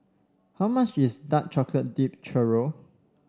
how much is Dark Chocolate Dip Churro